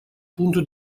punto